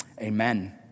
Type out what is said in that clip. amen